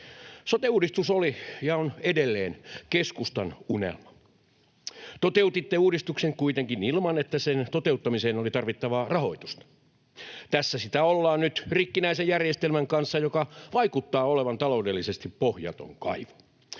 Sote-uudistus oli ja on edelleen keskustan unelma. Toteutitte uudistuksen kuitenkin ilman, että sen toteuttamiseen oli tarvittavaa rahoitusta. Tässä sitä ollaan nyt rikkinäisen järjestelmän kanssa, joka vaikuttaa olevan taloudellisesti pohjaton kaivo.